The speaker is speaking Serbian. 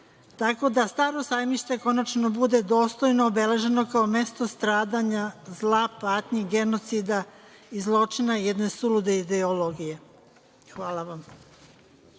Tako da „Staro sajmište“ konačno bude dostojno obeleženo kao mesto stradanja zla, patnji, genocida i zločina, jedne sulude ideologije. Hvala vam.